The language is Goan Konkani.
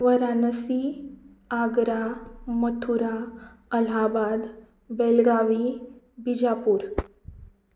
वरानसी आग्रा मथुरा अलाहबाद बेलगावी बिजापूर